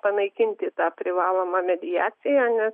panaikinti tą privalomą mediacija nes